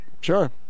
Sure